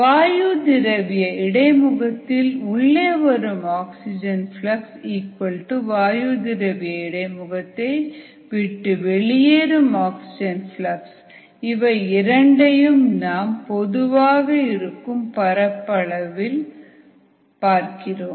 வாயு திரவிய இடைமுகத்தில் உள்ளே வரும் ஆக்ஸிஜனின் ஃப்ளக்ஸ் வாயு திரவிய இடை முகத்தை விட்டு வெளியேறும் ஆக்ஸிஜனின் ஃப்ளக்ஸ் இவை இரண்டையும் நாம் பொதுவாக இருக்கும் பரப்பளவால் வகுக்கிறோம்